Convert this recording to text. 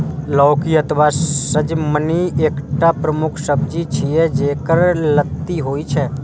लौकी अथवा सजमनि एकटा प्रमुख सब्जी छियै, जेकर लत्ती होइ छै